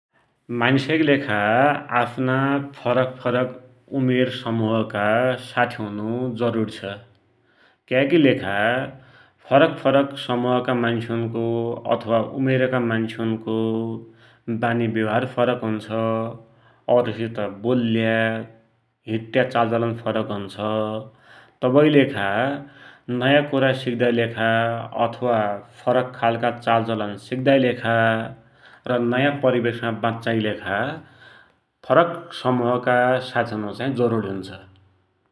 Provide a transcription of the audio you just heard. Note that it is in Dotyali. मान्सकि लेखा आफ्ना फरक फरक उमेर समुहका साथी हुनु जरुरी छ, क्याकी लेखा फरक फरक समुहका मान्सुनको अथवा उमेरका मान्सुनको वानी व्यवहार फरक हुन्छ, औरसित बोल्या, हिट्या चालचलन फकर हुन्छ, तवैकिलेखा नयाँ कुरा सिक्दाकी लेखा अथवा फरक खालका चालचलन सिक्दाकी लेखा र नयाँ परिवेशमा वाच्चाकी लेखा फरक समुहका साथी हुनु जरुरी हुन्छ ।